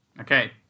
Okay